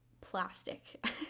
plastic